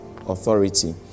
Authority